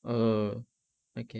err okay